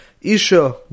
Isha